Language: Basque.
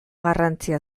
garrantzia